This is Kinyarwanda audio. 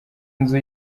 nzu